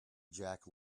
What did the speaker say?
jack